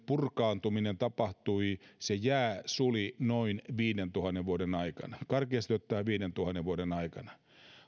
purkaantuminen tapahtui ja se jää suli noin viidentuhannen vuoden aikana karkeasti ottaen viidentuhannen vuoden aikana